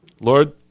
Lord